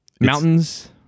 Mountains